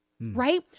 Right